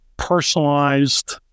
personalized